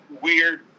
weird